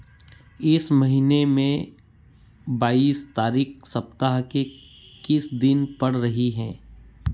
इस महीने में बाईस तारीख सप्ताह के किस दिन पड़ रही हैं